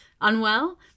unwell